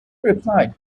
replied